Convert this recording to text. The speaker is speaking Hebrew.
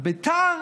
בבית"ר,